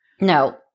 No